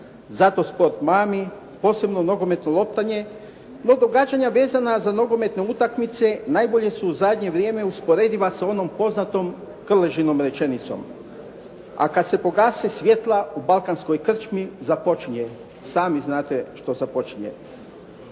Zato sport mami posebno nogometno loptanje, no događanja vezana za nogometne utakmice najbolje su u zadnje vrijeme usporediva s onom poznatom Krležinom rečenicom: "A kada se pogase svjetla u Balkanskoj krčmi" započinje, sami znate što započinje.